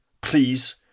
Please